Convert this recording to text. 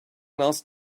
last